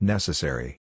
Necessary